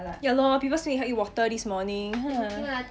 ya lor people still need help you water this morning ha